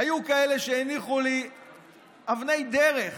היו כאלה שהניחו לי אבני דרך